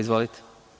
Izvolite.